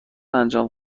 انجام